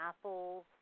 apples